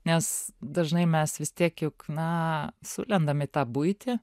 nes dažnai mes vis tiek juk na sulendam į tą buitį